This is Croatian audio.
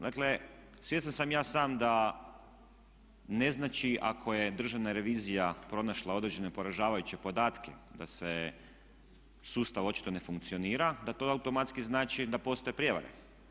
Dakle, svjestan sam i ja sam da ne znači ako je Državna revizija pronašla određene poražavajuće podatke da sustav očito ne funkcionira, da to automatski znači da postoje prijevare.